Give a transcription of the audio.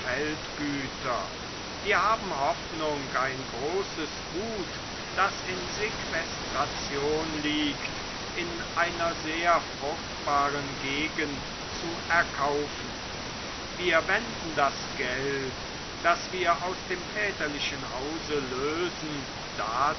feldgüter wir haben hoffnung ein großes gut das in sequestration liegt in einer sehr fruchtbaren gegend zu erkaufen wir wenden das geld das wir aus dem väterlichen hause lösen